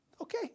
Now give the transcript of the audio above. okay